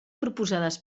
proposades